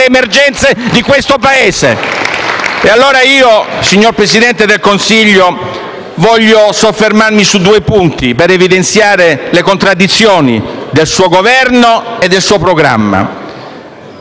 emergenze di questo Paese. *(Applausi dal Gruppo FI-BP)*. Signor Presidente del Consiglio, voglio soffermarmi su due punti per evidenziare le contraddizioni del suo Governo e del suo programma.